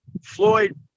Floyd